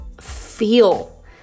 feel